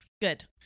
Good